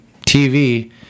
TV